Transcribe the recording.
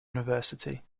university